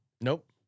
Nope